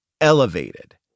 elevated